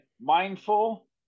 mindful